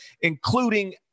including